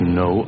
no